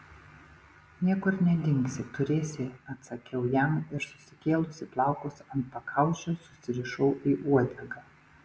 niekur nedingsi turėsi atsakiau jam ir susikėlusi plaukus ant pakaušio susirišau į uodegą